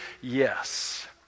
Yes